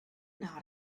not